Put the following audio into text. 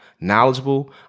knowledgeable